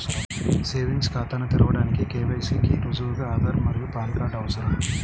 savings ఖాతాను తెరవడానికి KYC కి రుజువుగా ఆధార్ మరియు పాన్ కార్డ్ అవసరం